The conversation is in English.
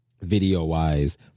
video-wise